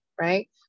right